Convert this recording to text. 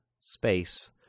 space